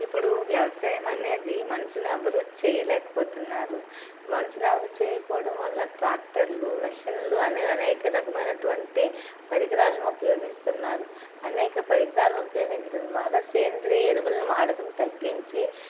ఇపుడు వ్యవసాయమనేది మనసులెవ్వరూ చేయలేకపోతున్నారు మనుషులు ఎవరు చేయలేకపోవడం వల్ల ట్రాక్టర్లు మిషన్లు అనేవి అనేక రకమైనటువంటి పరికరాలను ఉపయోగిస్తున్నారు అనేక పరికరాలు ఉపయోగించడం ద్వారా సేంద్రియ ఎరువులను వాడకం తగ్గించి